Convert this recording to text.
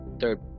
third